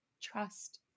trust